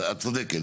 את צודקת.